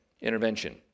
intervention